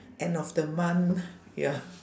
end of the month ya